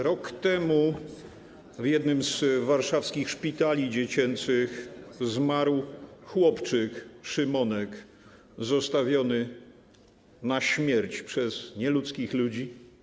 Rok temu w jednym z warszawskich szpitali dziecięcych zmarł chłopczyk, Szymonek, zostawiony na śmierć przez nieludzkich ludzi.